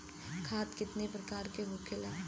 खाद कितने प्रकार के होखेला?